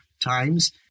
times